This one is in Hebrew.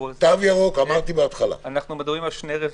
מדברים על שני רבדים: